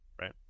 right